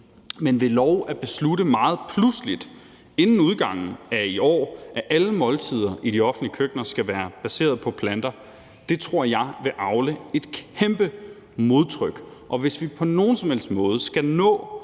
Men ved lov at beslutte meget pludseligt, nemlig inden udgangen af i år, at alle måltider i de offentlige køkkener skal være baseret på planter, tror jeg vil avle et kæmpe modtryk, og hvis vi på nogen som helst måde skal nå